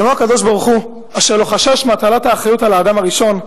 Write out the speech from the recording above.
כמו הקדוש-ברוך-הוא אשר לא חשש מהטלת האחריות על האדם הראשון,